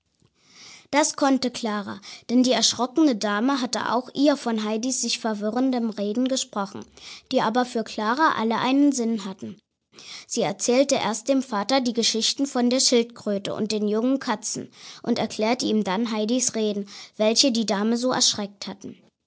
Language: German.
das konnte klara denn die erschrockene dame hatte auch ihr von heidis sich verwirrenden reden gesprochen die aber für klara alle einen sinn hatten sie erzählte erst dem vater die geschichten von der schildkröte und den jungen katzen und erklärte ihm dann heidis reden welche die dame so erschreckt hatten